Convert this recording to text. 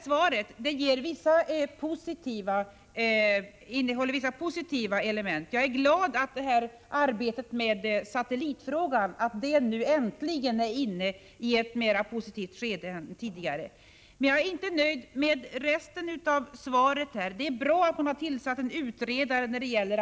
Svaret innehåller vissa positiva element. Jag är glad för att arbetet med satellitfrågan äntligen är inne i ett mera positivt skede än tidigare. Men jag är inte nöjd med resten av svaret. Det är visserligen bra att det har tillsatts en utredare för att förbereda — Prot.